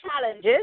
challenges